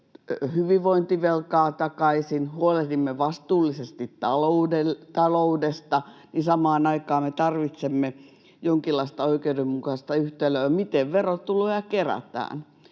hyvinvointivelkaa takaisin ja huolehdimme vastuullisesti ta-loudesta, niin samaan aikaan me tarvitsemme jonkinlaista oikeudenmukaista yhtälöä, miten verotuloja kerätään.